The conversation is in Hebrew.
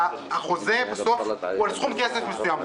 (הישיבה נפסקה בשעה 11:26 ונתחדשה בשעה 11:31.)